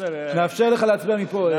נאפשר לך להצביע מפה.